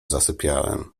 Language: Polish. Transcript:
zasypiałem